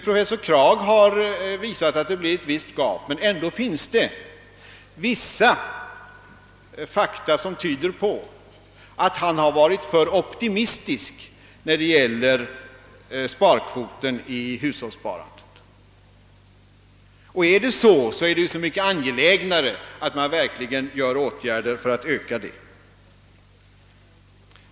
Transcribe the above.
Professor Kragh har visat att det blir ett visst gap, men ändå finns det vissa fakta som tyder på att han har varit för optimistisk när det gäller kvoten i hushållssparandet. Om så är förhållandet, är det så mycket angelägnare att man verkligen vidtar åtgärder för att öka sparandet.